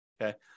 okay